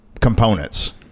components